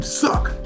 suck